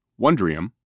Wondrium